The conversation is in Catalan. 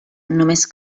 només